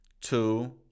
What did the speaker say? two